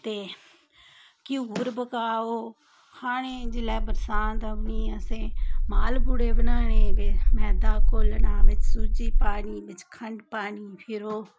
ते घ्यूर पकाओ खाने गी जिल्ले बरसांत औंदी असें माल पूड़े बनाने ते मैदा घोलना बिच सूजी पानी बिच खंड पानी फिर ओह्